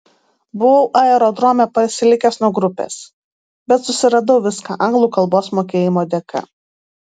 buvau aerodrome pasilikęs nuo grupės bet susiradau viską anglų kalbos mokėjimo dėka